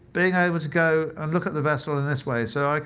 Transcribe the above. being able to go and look at the vessel in this way so